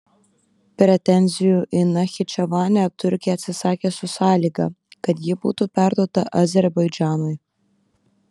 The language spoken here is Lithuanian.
pretenzijų į nachičevanę turkija atsisakė su sąlyga kad ji būtų perduota azerbaidžanui